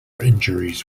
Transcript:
injuries